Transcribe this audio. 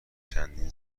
چندین